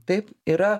taip yra